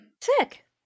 Sick